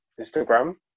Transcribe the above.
Instagram